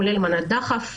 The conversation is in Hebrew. כולל מנת דחף.